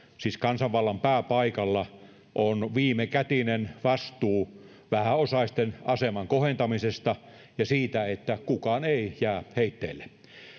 siis kansanvallan pääpaikalla on viimekätinen vastuu vähäosaisten aseman kohentamisesta ja siitä että kukaan ei jää heitteille